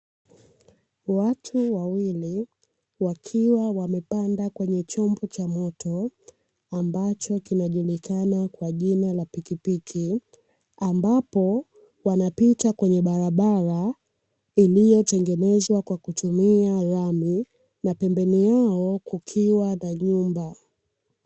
Watu wawili wakiwa wamepanda kwenye chombo cha moto ambacho kinajulikana kwa jina la pikipiki, ambapo wanapita kwenye barabara iliyotengenezwa kwa kutumia lami na pembeni yao kukiwa na nyumba.